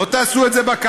לא תעשו את זה בקלפי,